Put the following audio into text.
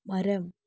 മരം